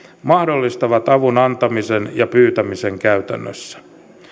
mahdollistavat avun antamisen ja pyytämisen käytännössä